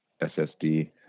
SSD